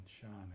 shining